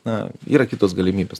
na yra kitos galimybės